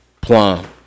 plum